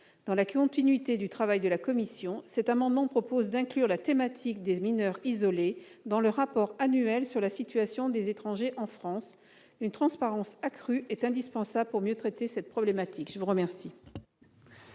Dans la continuité du travail de la commission, cet amendement a pour objet d'inclure la thématique des mineurs isolés dans le rapport annuel sur la situation des étrangers en France. Une transparence accrue est indispensable pour mieux traiter cette problématique ! Quel